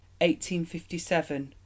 1857